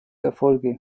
erfolge